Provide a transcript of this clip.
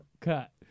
cut